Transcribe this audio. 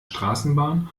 straßenbahn